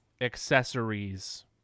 accessories